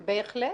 בהחלט.